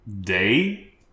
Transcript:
day